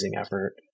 effort